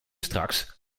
straks